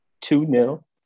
Two-nil